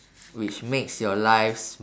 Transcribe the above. which makes your life sm~